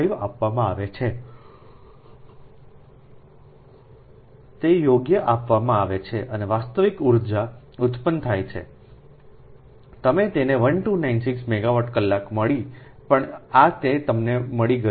5 આપવામાં આવે છે તે યોગ્ય આપવામાં આવે છે અને વાસ્તવિક ઉર્જા ઉત્પન્ન થાય છે તમે તેને 1296 મેગાવાટ કલાક મળી પણ આ તે તમને મળી ગયું છે